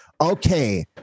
Okay